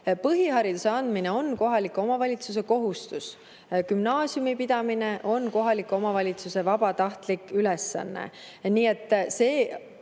Põhihariduse andmine on kohaliku omavalitsuse kohustus. Gümnaasiumi pidamine on kohaliku omavalitsuse vabatahtlik ülesanne. Nii et see,